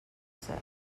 sale